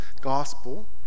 gospel